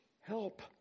help